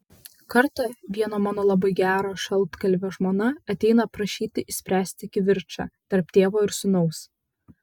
kartą vieno mano labai gero šaltkalvio žmona ateina prašyti išspręsti kivirčą tarp tėvo ir sūnaus